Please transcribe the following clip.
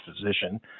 physician